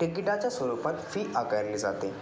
टिकिटाच्या स्वरूपात फी आकारली जाते